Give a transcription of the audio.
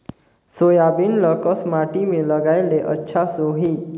Soybean ल कस माटी मे लगाय ले अच्छा सोही?